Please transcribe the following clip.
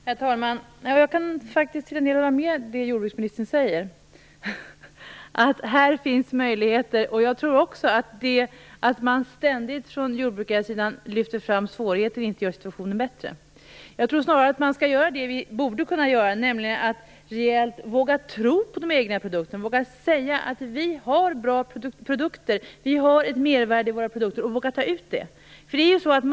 Herr talman! Jag kan faktiskt till en del hålla med om det jordbruksministern säger, att här finns möjligheter. Jag tror också att det faktum att man ständigt från jordbrukarnas sida lyfter fram svårigheter inte gör situationen bättre. Jag tror snarare att man skall göra det vi borde göra, nämligen att våga tro på de egna produkterna, våga säga att vi har bra produkter och ett mervärde i våra produkter och också våga ta ut det.